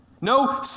No